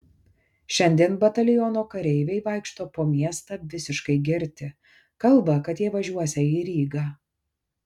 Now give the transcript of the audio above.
šiandien bataliono kareiviai vaikšto po miestą visiškai girti kalba kad jie važiuosią į rygą